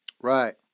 Right